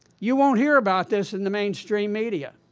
you won't hear about this in the mainstream media,